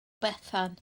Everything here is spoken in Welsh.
bethan